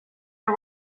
our